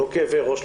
לא כאבי ראש,